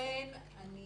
ולכן אני